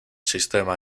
sistema